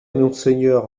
monseigneur